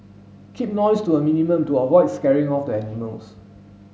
keep noise to a minimum to avoid scaring off the animals